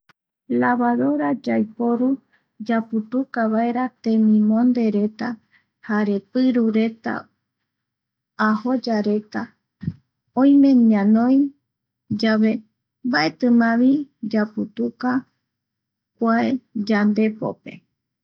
Lavadora yaiporu yaputuka vaera teminondereta jare piru reta, ajoya reta, oime ñanoi yave mbaetimavi yaputuka, kua reta yandepope